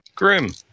Grim